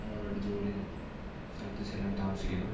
അവരവരുടെ ജോലി സ്ഥലത്ത് ചെല്ലാൻ താമസിക്കുന്നു